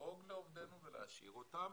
לדאוג לעובדינו ולהשאיר אותם,